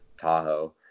Tahoe